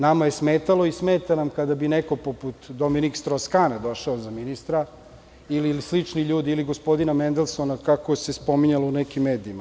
Nama je smetalo i smeta nam kada bi neko poput Dominik Štros Kana došao za ministra, ili slični ljudi, ili gospodin Mendelsona, kako se spominjalo u nekim medijima.